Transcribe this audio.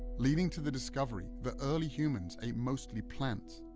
leading to the discovery that early humans ate mostly plants.